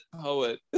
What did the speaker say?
poet